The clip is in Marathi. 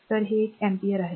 तर हे एक अँपिअर आहे